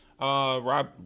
Rob